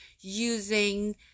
using